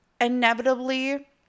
inevitably